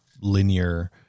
linear